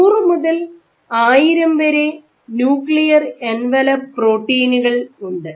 100 മുതൽ 1000 വരെ nuclear envelope പ്രോട്ടീനുകൾ ഉണ്ട്